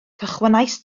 cychwynnais